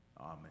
Amen